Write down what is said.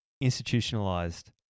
institutionalized